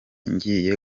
ngiye